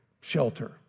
shelter